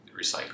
recycle